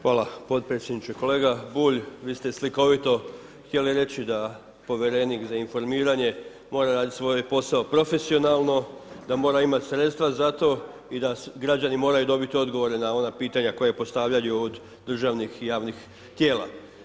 Hvala podpredsjedniče, kolega Bulj vi ste slikovito htjeli reći da povjerenik za informiranje mora raditi svoj posao profesionalno, da mora imati sredstava za to i da građani moraju dobiti odgovore na ona pitanja koja postavljaju od državnih i javnih tijela.